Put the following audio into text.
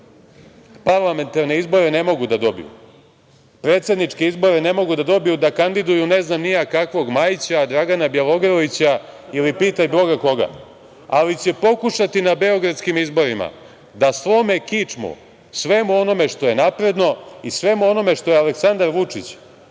parlamentarne izbore ne mogu da dobiju, predsedničke izbore ne mogu da dobiju da kandiduju ne znam ni ja kakvog Majića, Dragana Bjelogrlića ili pitaj Boga koga, ali će pokušati na beogradskim izborima da slome kičmu svemu onome što je napredno i svemu onome što je Aleksandar Vučić